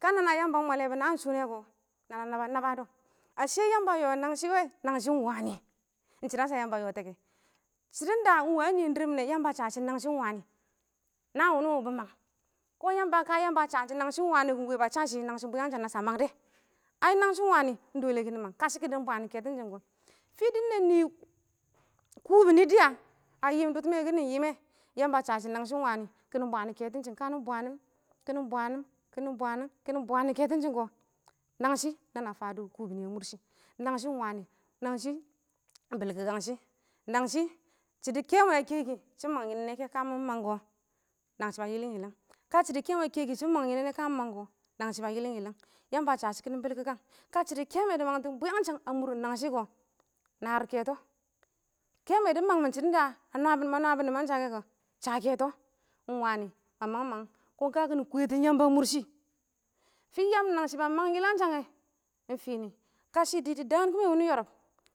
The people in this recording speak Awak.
kana yamba a yobɔ naan shʊ wɛ kɔ nana nabo nabadɔ ashe yamba a yɔ nangshɪ wɪɪn nangshɪ nwan iɪng shidɔ sa yamba a yɔ tɛ shidinda iɪng wɪɪn a nɪn diir mɪne yamba a so shɪ nangsa nwami naan wuno wobi mang kʊn kə yamba a sam shɪ nangshɪ ingwani kɔ iɪng wɛ ba shɪ nangsh iɪng bwiyangshang nasa mangdɔ a nangshɪ iɪng wani iɪng kiɪnɪ mang kashɪ kinu bwaantim kɛtinsm kɛ fɪ neni kubini dɪya a yiim durbime kiɪnɪ yime yamba a sa shɪ nangshɪ nwani kiɪnɪ bwaan ketinshin kiɪnɪ bwano kiɪnɪ bwano, kiɪnɪ bwano kɪɪn nangsh nana fads kufini a murshi nangshɪ nwani nanshi iɪng birkikangshi nangsh shidɔ kemwe a kɛki shɪn mang yiɪnɪ nɛ kamɪ mang kɪɪn nangsh ba yɪlɪn yɪlɪn kə shidi kebwe a keki kə mɪ mang kɛ nangshɪ ba yɪlɪm yilm yamba a sa shine bilkikang kə shɪdo kebwe dr mang bwe. yangsang a murain nangshɪ kɔ naar kɔts kemowe sids da ma nwabɔ nimanse, kɛ kɔ sa keto iɪng nwani ba magh-maghm kashɪ kwɛton yamba a murshi fɪ yaam nangshɪ ba mang yilangɛ iɪng fini kashɪ didi daan kɪmx wini nɛ yɔrɔb